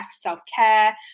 self-care